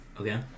Okay